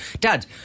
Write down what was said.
Dad